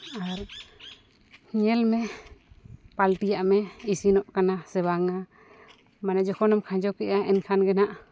ᱟᱨ ᱧᱮᱞᱢᱮ ᱯᱟᱞᱴᱤᱭᱟᱜ ᱢᱮ ᱤᱥᱤᱱᱚᱜ ᱠᱟᱱᱟ ᱥᱮ ᱵᱟᱝᱼᱟ ᱢᱟᱱᱮ ᱡᱚᱠᱷᱚᱱᱮᱢ ᱠᱷᱟᱸᱡᱚ ᱠᱮᱫᱟ ᱮᱱᱠᱷᱟᱱ ᱜᱮ ᱦᱟᱸᱜ